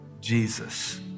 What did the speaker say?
Jesus